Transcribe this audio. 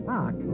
Park